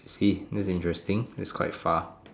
see the dangerous thing it's quite far